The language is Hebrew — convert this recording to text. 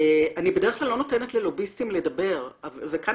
אני בדרך כלל לא נותנת ללוביסטים לדבר וכאן